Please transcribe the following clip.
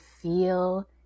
feel